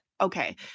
okay